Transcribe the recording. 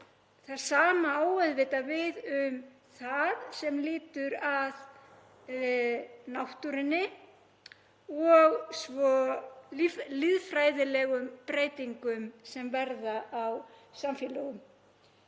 Það sama á auðvitað við um það sem lýtur að náttúrunni og lýðfræðilegum breytingum sem verða á samfélögum.